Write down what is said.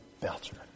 Belcher